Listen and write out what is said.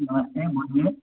की बात छै बोलिए